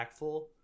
impactful